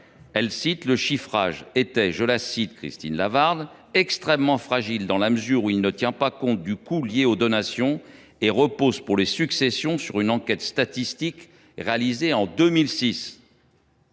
niche :« Le chiffrage est extrêmement fragile dans la mesure où il ne tient pas compte du coût lié aux donations et repose pour les successions sur une enquête statistique réalisée en 2006. »